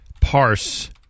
parse